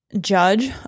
judge